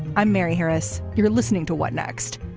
i'm mary harris. you're listening to what next.